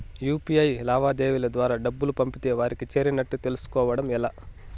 UPI లావాదేవీల ద్వారా డబ్బులు పంపితే వారికి చేరినట్టు తెలుస్కోవడం ఎలా?